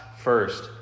first